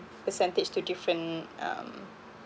percentage to different um